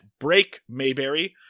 breakmayberry